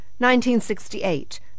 1968